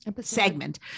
segment